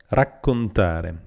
raccontare